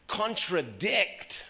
contradict